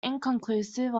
inconclusive